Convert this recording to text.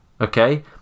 Okay